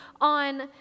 on